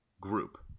group